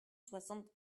soixante